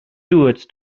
duets